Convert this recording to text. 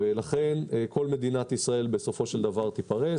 לכן הפריסה תהיה בסופו של דבר בכל מדינת ישראל.